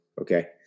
Okay